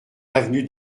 avenue